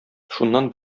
шуннан